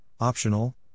Optional